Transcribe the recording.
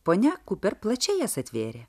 ponia kuper plačiai jas atvėrė